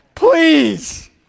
Please